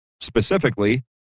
specifically